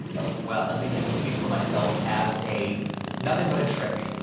well, at least i can speak for myself as a nothing but a trick,